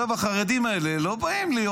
החרדים האלה לא באים להיות,